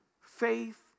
faith